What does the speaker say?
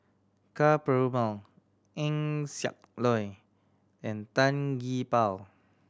Ka Perumal Eng Siak Loy and Tan Gee Paw